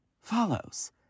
follows